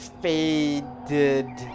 faded